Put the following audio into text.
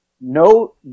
no